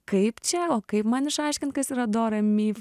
kaip čia o kaip man išaiškint kas yra do re mi